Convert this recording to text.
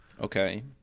Okay